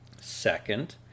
Second